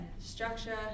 structure